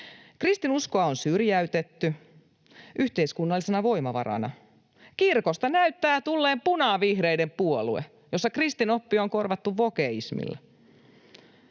Kristinuskoa on syrjäytetty yhteiskunnallisena voimavarana. Kirkosta näyttää tulleen punavihreiden puolue, jossa kristinoppi on korvattu wokeismilla.